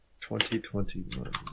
2021